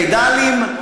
פדלים,